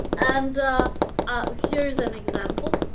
and ah here's an example.